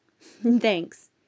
Thanks